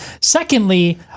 Secondly